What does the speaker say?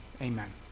Amen